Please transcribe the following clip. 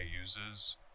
uses